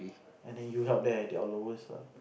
and then you help them at their lowest lah